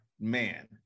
man